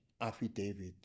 affidavit